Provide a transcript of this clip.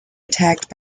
attacked